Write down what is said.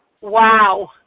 wow